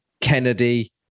Kennedy